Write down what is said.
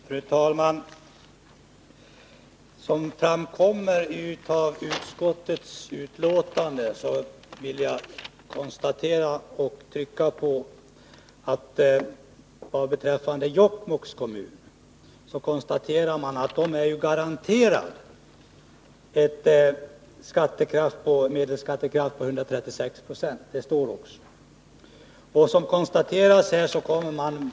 Fru talman! Som framkommer i utskottets betänkande vill jag konstatera och trycka på att Jokkmokks kommun är garanterad en medelskattekraft på 136 26.